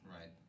Right